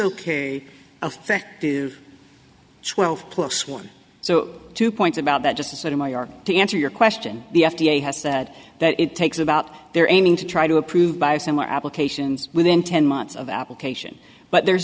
ok affective twelve plus one so two points about that just sort of new york to answer your question the f d a has said that it takes about their aiming to try to approve by a similar applications within ten months of application but there's